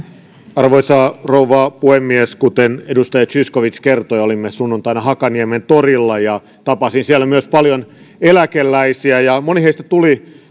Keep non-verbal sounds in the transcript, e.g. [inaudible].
arvoisa rouva puhemies kuten edustaja zyskowicz kertoi olimme sunnuntaina hakaniementorilla tapasin siellä myös paljon eläkeläisiä ja moni heistä tuli [unintelligible]